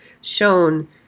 shown